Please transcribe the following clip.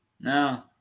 no